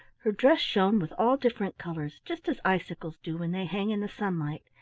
her dress shone with all different colors, just as icicles do when they hang in the sunlight,